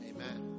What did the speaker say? Amen